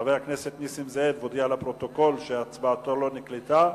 חבר הכנסת נסים זאב הודיע לפרוטוקול שהצבעתו לא נקלטה,